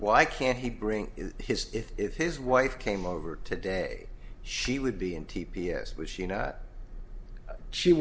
why can't he bring his if if his wife came over today she would be in t p s which you know she